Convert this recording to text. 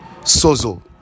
sozo